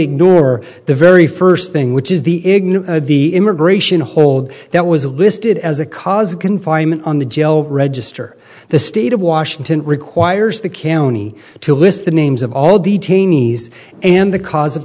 ignore the very first thing which is the ignore the immigration hold that was listed as a cause of confinement on the jail register the state of washington requires the can e to list the names of all detainees and the cause of